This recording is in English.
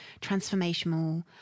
transformational